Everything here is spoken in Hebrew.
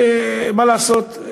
ומה לעשות,